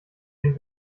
den